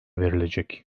verilecek